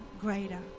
greater